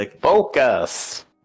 Focus